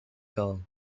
gall